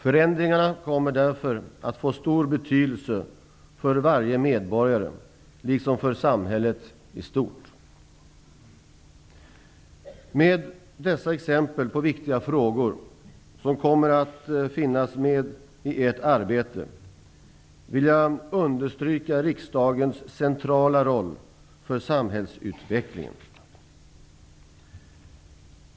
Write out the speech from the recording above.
Förändringarna kommer därför att få stor betydelse för varje medborgare, liksom för samhället i stort. Med dessa exempel på viktiga frågor som kommer att finnas med i Ert arbete vill jag understryka riksdagens centrala roll för samhällsutvecklingen.